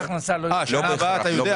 בשנה הבאה אני אדע.